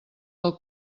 del